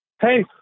Hey